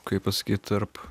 kaip pasakyt tarp